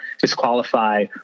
disqualify